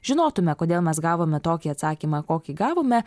žinotume kodėl mes gavome tokį atsakymą kokį gavome